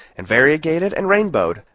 and variegated, and rainbowed,